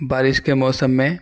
بارش کے موسم میں